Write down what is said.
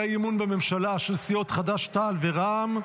אי-אמון בממשלה של סיעות חד"ש-תע"ל ורע"מ.